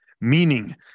Meaning